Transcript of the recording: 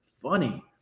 funny